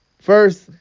First